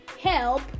help